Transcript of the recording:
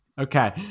Okay